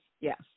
Yes